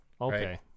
okay